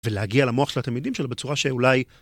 ולהגיע למוח של התלמידים שלו בצורה שאולי...